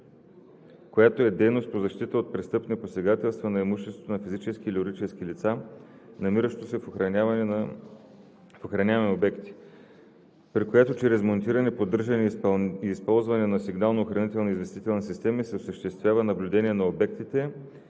която е дейност по защита от престъпни посегателства на имуществото на физически или юридически лица, намиращо се в охранявани обекти, при която чрез монтиране, поддържане и използване на сигнално-охранителни известителни системи се осъществява наблюдение на обектите